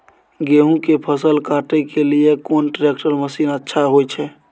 गेहूं के फसल काटे के लिए कोन ट्रैक्टर मसीन अच्छा होय छै?